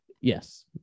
yes